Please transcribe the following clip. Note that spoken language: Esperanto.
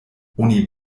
oni